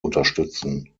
unterstützen